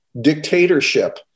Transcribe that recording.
dictatorship